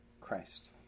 Christ